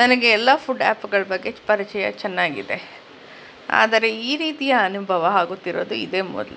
ನನಗೆ ಎಲ್ಲ ಫುಡ್ ಆ್ಯಪ್ಗಳ ಬಗ್ಗೆ ಪರಿಚಯ ಚೆನ್ನಾಗಿದೆ ಆದರೆ ಈ ರೀತಿಯ ಅನುಭವ ಆಗುತ್ತಿರೋದು ಇದೇ ಮೊದಲು